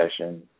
session